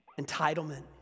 entitlement